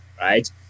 right